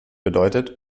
bedeutet